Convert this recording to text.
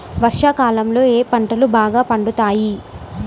వర్షాకాలంలో ఏ పంటలు బాగా పండుతాయి?